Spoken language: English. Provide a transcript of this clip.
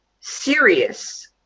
serious